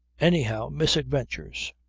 anyhow misadventures.